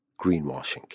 greenwashing